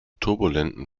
turbulenten